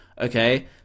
Okay